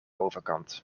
overkant